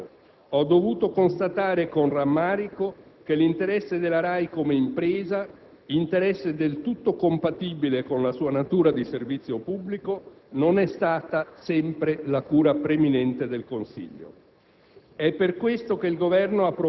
Ma così non è stato: ho dovuto constatare con rammarico che l'interesse della RAI come impresa, interesse del tutto compatibile con la sua natura di servizio pubblico, non è stata sempre la cura preminente del Consiglio.